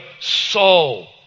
soul